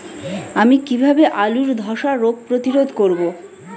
আমি কিভাবে আলুর ধ্বসা রোগ প্রতিরোধ করব?